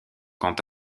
quant